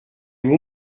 vous